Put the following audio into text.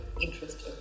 interest